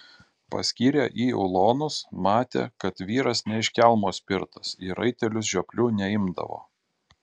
paskyrė į ulonus matė kad vyras ne iš kelmo spirtas į raitelius žioplių neimdavo